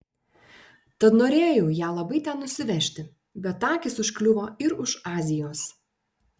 tad norėjau ją labai ten nusivežti bet akys užkliuvo ir už azijos